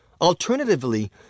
Alternatively